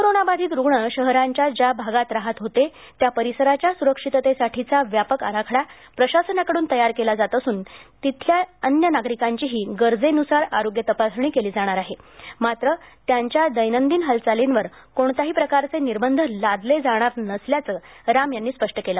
कोरोनावाधित रुग्ण शहराच्या ज्या भागात राहत होते त्या परिसराच्या सुरक्षिततेसाठीचा व्यापक आराखडा प्रशासनाकडून तयार केला जात असून तेथील अन्य नागरिकांचीही गरजेनुसार आरोग्य तपासणी केली जाणार आहे मात्र त्यांच्या दैनंदिन हालचालींवर कोणत्याही प्रकारचे निर्बंध लादले जाणार नसल्याचं राम यांनी स्पष्ट केलं